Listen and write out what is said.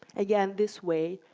again, this way,